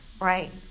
right